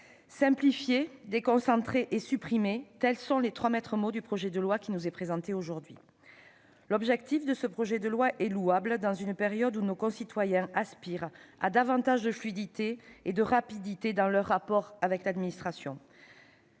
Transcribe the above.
simplifier, déconcentrer et supprimer : tels sont les trois maîtres mots du projet de loi qui nous est présenté aujourd'hui. L'objet est louable, dans une période où nos concitoyens aspirent à davantage de fluidité et de rapidité dans leurs rapports avec l'administration,